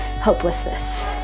hopelessness